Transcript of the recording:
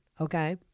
okay